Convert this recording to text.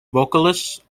vocalist